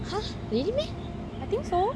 !huh! really meh